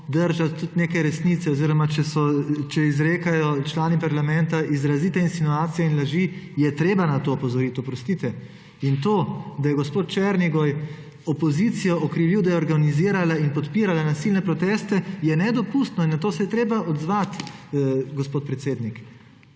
držati tudi neke resnice. Oziroma če izrekajo člani parlamenta izrazite insinuacije in laži, je treba na to opozoriti, oprostite. In to, da je gospod Černigoj opozicijo okrivil, da je organizirala in podpirala nasilne proteste, je nedopustno in na to se je treba odzvati, gospod predsednik.